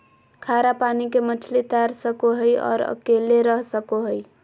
खारा पानी के मछली तैर सको हइ और अकेले रह सको हइ